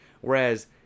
Whereas